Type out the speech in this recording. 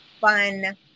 fun